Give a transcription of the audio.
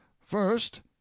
first